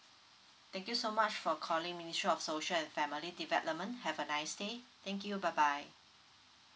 thank you so much for calling ministry of social and family development have a nice day thank you bye bye